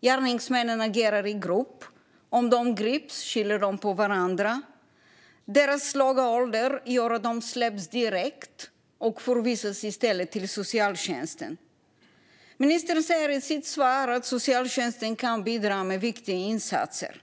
Gärningsmännen agerar i grupp, och om de grips skyller de på varandra. Deras låga ålder gör att de släpps direkt och i stället förvisas till socialtjänsten. Ministern säger i sitt svar att socialtjänsten kan bidra med viktiga insatser.